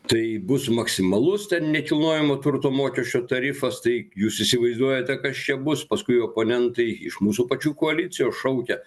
tai bus maksimalus ten nekilnojamo turto mokesčio tarifas tai jūs įsivaizduojate kas čia bus paskui oponentai iš mūsų pačių koalicijos šaukia